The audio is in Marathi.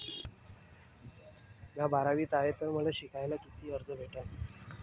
म्या बारावीत शिकत हाय तर मले शिकासाठी किती रुपयान कर्ज भेटन?